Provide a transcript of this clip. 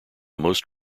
most